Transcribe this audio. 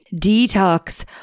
detox